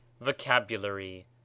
vocabulary